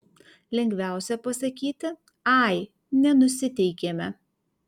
lengviausia pasakyti ai nenusiteikėme